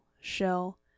shell